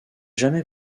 jamais